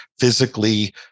physically